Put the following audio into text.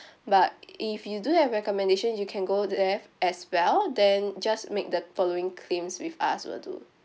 but if you do have recommendation you can go there as well then just make the following claims with us will do